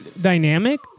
dynamic